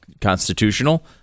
constitutional